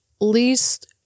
least